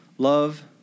Love